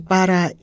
Para